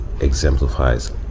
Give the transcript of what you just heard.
exemplifies